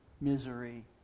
misery